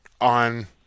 on